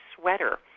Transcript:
sweater